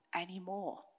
anymore